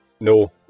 No